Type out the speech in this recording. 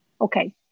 okay